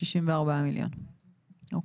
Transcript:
שישים וארבע מיליון, אוקיי.